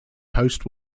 post